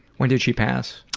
when did she pass?